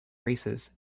races